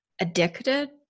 addicted